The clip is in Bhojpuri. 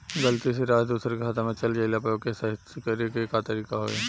गलती से राशि दूसर के खाता में चल जइला पर ओके सहीक्ष करे के का तरीका होई?